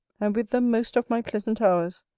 and with them most of my pleasant hours,